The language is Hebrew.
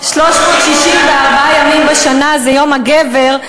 364 ימים בשנה זה יום הגבר.